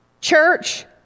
Church